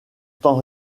temps